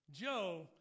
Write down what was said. joe